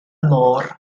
môr